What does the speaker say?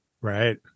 right